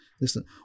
Listen